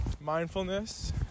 Mindfulness